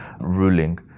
ruling